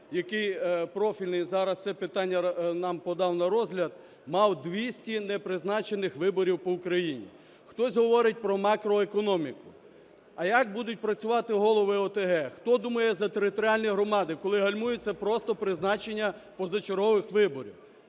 який профільний, зараз це питання нам подав на розгляд, мав двісті непризначених виборів по Україні. Хтось говорить про макроекономіку. А як будуть працювати голови ОТГ? Хто думає за територіальні громади, коли гальмується просто призначення позачергових виборів?